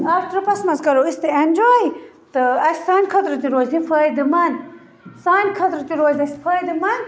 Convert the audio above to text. اتھ ٹرٛپَس مَنٛز کَرو أسۍ تہِ ایٚنجاے تہٕ اَسہِ سانہِ خٲطرٕ تہِ روزِ یہِ فٲیدٕ مَنٛد سانہِ خٲطرٕ تہِ روزِ اَسہِ فٲیدٕ مَنٛد